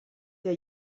der